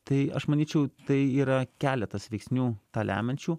tai aš manyčiau tai yra keletas veiksnių lemiančių